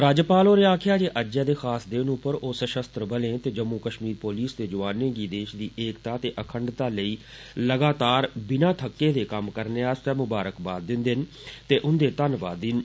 राज्यपाल होरें आक्खेया जे अज्जै दे खास दिन पर ओ सषस्त्र बलें ते जम्मू कष्मीर पुलिस दे जोआनें गी देष दी एकता ते अखडंता लेई लगातार बिना थक्के दे कम्म करने आस्तै मुबारकबाद दिंदे न ते उंदे धन्नवादी न